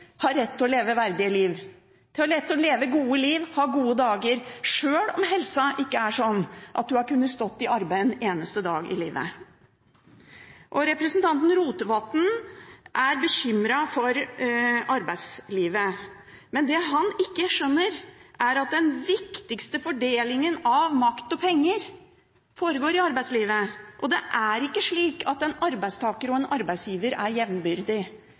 har rett til å leve verdige liv – leve gode liv, ha gode dager – sjøl om helsa ikke er sånn at man har kunnet stå i arbeid en eneste dag i livet. Representanten Rotevatn er bekymret for arbeidslivet. Men det han ikke skjønner, er at den viktigste fordelingen av makt og penger foregår i arbeidslivet, og det er ikke slik at en arbeidsgiver og en arbeidstaker er